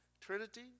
Trinity